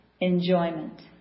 enjoyment